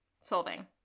Solving